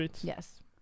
Yes